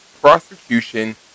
prosecution